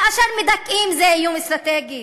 כאשר מדכאים זה איום אסטרטגי.